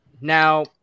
Now